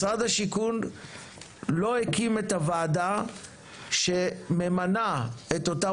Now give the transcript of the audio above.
משרד השיכון לא הקים את הוועדה שממנה את אותם